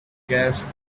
gas